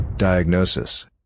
diagnosis